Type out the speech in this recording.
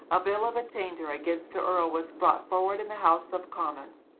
a bill of attainder against the earl was brought forward in the house of commons.